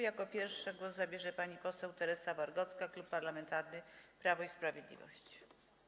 Jako pierwsza głos zabierze pani poseł Teresa Wargocka, Klub Parlamentarny Prawo i Sprawiedliwość.